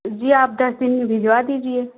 जी आप दस दिन में भिजवा दीजिए